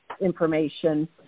information